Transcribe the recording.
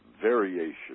variation